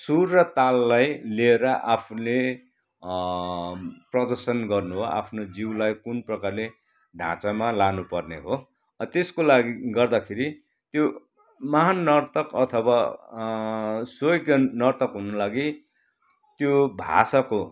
सुर र ताललाई लिएर आफूले प्रदर्शन गर्नु हो आफ्नो जिउलाई कुन प्रकारले ढाँचामा लानुपर्ने हो र त्यसको लागि गर्दाखेरि त्यो महान् नर्तक अथवा स्वेगन नर्तक हुनुको लागि त्यो भाषाको